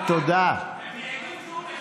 הם מעידים שהוא משקר.